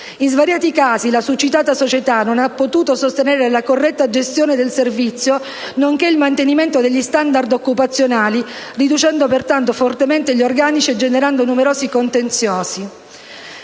In svariati casi la succitata società non ha potuto sostenere la corretta gestione del servizio nonché il mantenimento degli *standard* occupazionali riducendo, pertanto, fortemente gli organici e generando numerosi contenziosi.